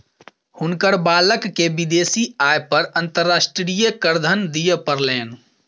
हुनकर बालक के विदेशी आय पर अंतर्राष्ट्रीय करधन दिअ पड़लैन